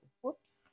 Whoops